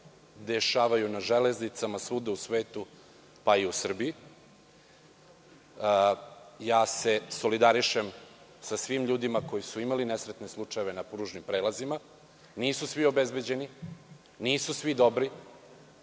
dešavaju na železnicama svuda u svetu pa i u Srbiji. Solidarišem se sa svim ljudima koji su imali nesretne slučajeve na pružnim prelazima. Nisu svi obezbeđeni. Nisu svi dobri.